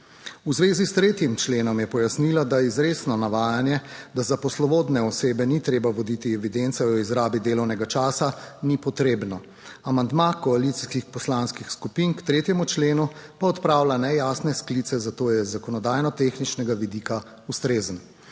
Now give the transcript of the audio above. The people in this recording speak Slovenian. V zvezi s 3. členom je pojasnila, da izrecno navajanje, da za poslovodne osebe ni treba voditi evidence o izrabi delovnega časa, ni potrebno. Amandma koalicijskih poslanskih skupin k 3. členu pa odpravlja nejasne sklice, zato je iz zakonodajno- tehničnega vidika ustrezen.